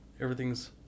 everything's